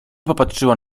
popatrzyła